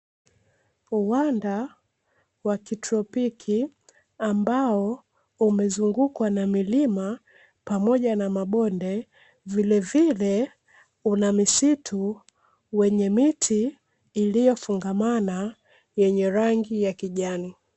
Uwanda wa kitropiki ambao umezungukwa na milima, pamoja na mabonde, vilevile una misitu wenye miti, iliyofungamana yenye rangi ya kijani.